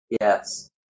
Yes